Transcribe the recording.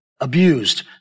abused